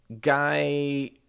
guy